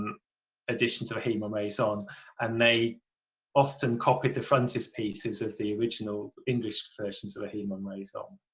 editions of ahiman rezon and they often copied the frontispieces of the original english versions of ahiman rezon.